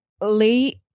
Late